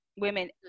women